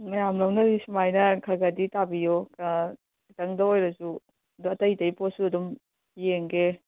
ꯃꯌꯥꯝ ꯂꯧꯅꯔꯤ ꯁꯨꯃꯥꯏꯅ ꯈꯔ ꯈꯔꯗꯤ ꯇꯥꯕꯤꯌꯣ ꯈꯤꯇꯪꯗ ꯑꯣꯏꯔꯁꯨ ꯑꯗꯣ ꯑꯇꯩ ꯑꯇꯩ ꯄꯣꯠꯁꯨ ꯑꯗꯨꯝ ꯌꯦꯡꯒꯦ